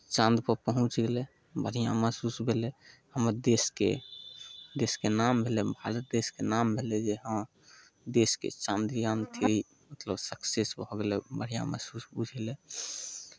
चान्दपर पहुँचि गेलै बढ़िआँ महसूस भेलै हमर देशके देशके नाम भेलै भारत देशके नाम भेलै जे हँ देशके चन्द्रयान थ्री मतलब सक्सेस भऽ गेलै खूब बढ़िआँ महसूस बुझयलै